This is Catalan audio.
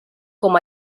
com